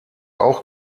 auch